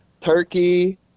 turkey